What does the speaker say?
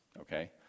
okay